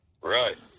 Right